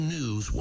News